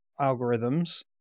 algorithms